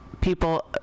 people